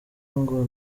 ngo